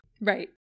Right